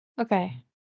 okay